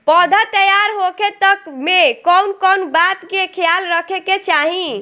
पौधा तैयार होखे तक मे कउन कउन बात के ख्याल रखे के चाही?